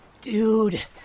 Dude